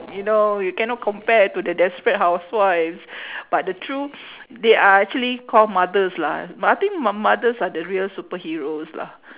you know you cannot compare to the desperate housewives but the true they are actually called mothers lah but I think m~ mothers they are the true superheroes lah